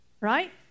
Right